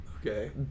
okay